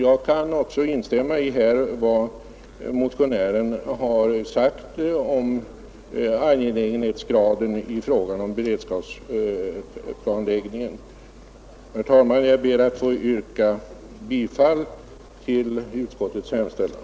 Jag kan också instämma i vad herr Eriksson i Ulfsbyn har sagt om beredskapsplanläggningens angelägenhetsgrad. Herr talman! Jag ber att få yrka bifall till utskottets hemställan.